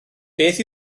beth